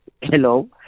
Hello